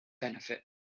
benefit